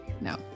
no